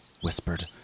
whispered